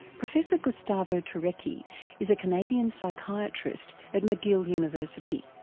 professor gustavo turecki is a canadian psychiatrist at mcgill university.